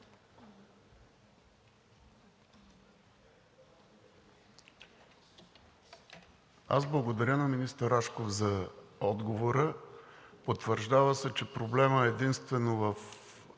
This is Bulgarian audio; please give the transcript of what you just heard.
Благодаря на министър Рашков за отговора. Потвърждава се, че проблемът е единствено в